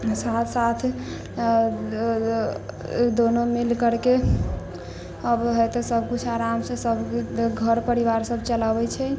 साथ साथ दोनो मिल करके अब है तऽ सब कुछ आराम से सब घर परिवार सब चलाबै छै